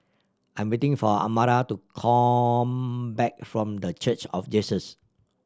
I'm waiting for Amara to come back from The Church of Jesus